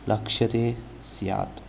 लक्ष्यते स्यात्